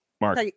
mark